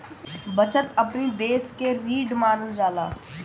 बचत अपनी देस के रीढ़ मानल जाला